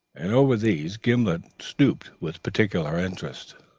and over these gimblet stooped with particular interest.